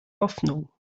hoffnung